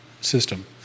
system